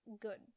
good